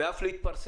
היא צריכה להתפרסם.